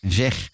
zeg